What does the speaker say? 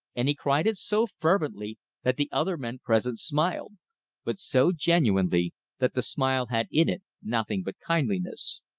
and he cried it so fervently that the other men present smiled but so genuinely that the smile had in it nothing but kindliness.